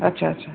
ଆଚ୍ଛା ଆଚ୍ଛା